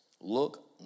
Look